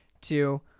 Two